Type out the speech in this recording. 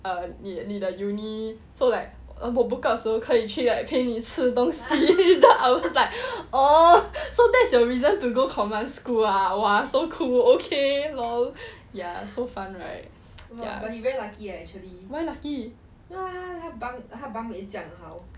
uh 你你的 uni so like 我 book out 的时候可以去陪你吃东西 then I would just like oh so that's your reason to go command school ah !wah! so cool okay lol ya so fun right